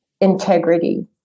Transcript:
integrity